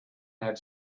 had